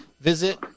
Visit